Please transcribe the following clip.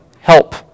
help